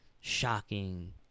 shocking